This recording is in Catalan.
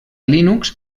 linux